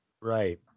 Right